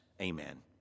Amen